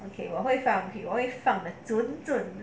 okay 我会放屁我会放的准准